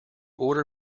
order